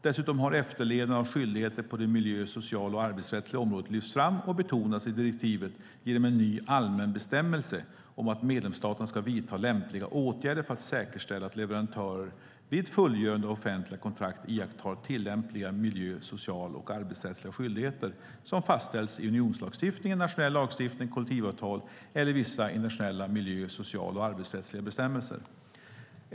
Dessutom har efterlevnad av skyldigheter på miljöområdet, det sociala området och det arbetsrättsliga området lyfts fram och betonats i direktivet genom en ny allmän bestämmelse om att medlemsstaterna ska vidta lämpliga åtgärder för att säkerställa att leverantörer vid fullgörande av offentliga kontrakt iakttar tillämpliga miljöskyldigheter, sociala skyldigheter och arbetsrättsliga skyldigheter som fastställts i unionslagstiftning, nationell lagstiftning, kollektivavtal eller i vissa internationella miljöbestämmelser, sociala bestämmelser och arbetsrättsliga bestämmelser.